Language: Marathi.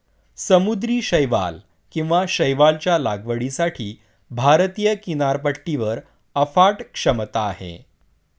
समुद्री शैवाल किंवा शैवालच्या लागवडीसाठी भारतीय किनारपट्टीवर अफाट क्षमता आहे